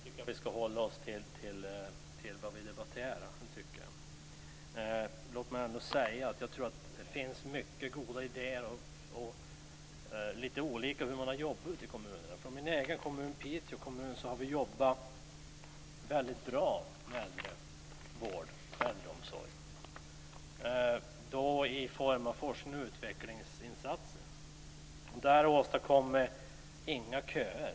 Fru talman! Jag tycker att vi ska hålla oss till det som vi ska debattera. Jag tror att det finns många goda idéer. Man har jobbat olika ute i kommunerna. I min hemkommun Piteå har man en väldigt bra äldrevård och äldreomsorg. Man har gjort forsknings och utvecklingsinsatser. Det finns inga köer.